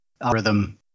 algorithm